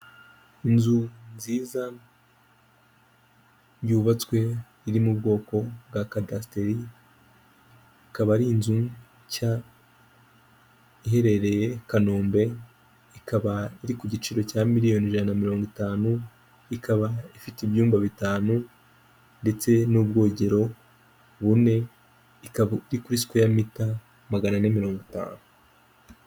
Inzu nziza yubatswe iri mu bwoko bwa cadasiteri, akaba ari inzu nshya, iherereye Kanombe ikaba iri ku giciro cya miliyoni ijana mirongo itanu, ikaba ifite ibyumba bitanu ndetse n'ubwogero bune ikaba iri kuri sikweya mita magana na mirongo itanu.